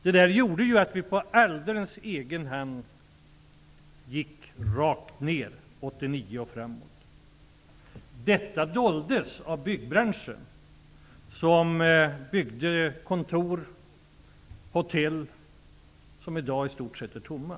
Detta ledde till att landet alldeles på egen hand gick rakt nedåt 1989. Men det doldes av byggbranschen som byggde kontor och hotell som i dag står i stort sett tomma.